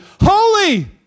holy